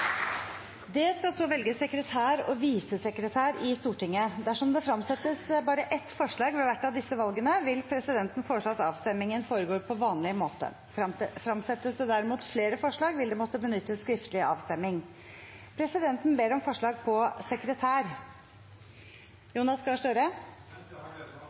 Det skal så velges sekretær og visesekretær i Stortinget. Dersom det fremsettes bare ett forslag ved hvert av disse valgene, vil fungerende president foreslå at avstemningen foregår på vanlig måte. Fremsettes det derimot flere forslag, vil det måtte benyttes skriftlig avstemning. Fungerende president ber om forslag på sekretær